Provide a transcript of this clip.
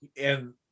and-